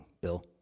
Bill